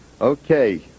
Okay